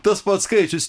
tas pats skaičius